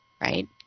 right